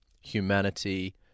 humanity